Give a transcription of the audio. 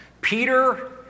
Peter